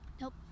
nope